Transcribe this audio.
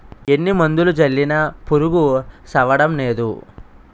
ఎన్ని మందులు జల్లినా పురుగు సవ్వడంనేదు